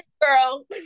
girl